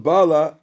Bala